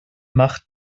macht